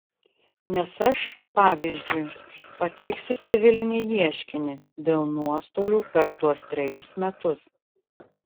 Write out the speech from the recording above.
nes aš pavyzdžiui pateiksiu civilinį ieškinį dėl nuostolių per tuos trejus metus